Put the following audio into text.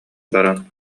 баран